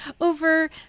over